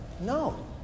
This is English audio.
No